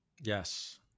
yes